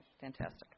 fantastic